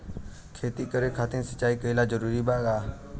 खेती करे खातिर सिंचाई कइल जरूरी बा का?